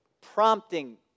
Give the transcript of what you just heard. prompting